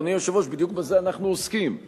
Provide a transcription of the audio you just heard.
רגע, אדוני היושב ראש, בדיוק בזה אנחנו עוסקים.